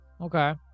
Okay